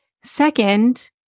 Second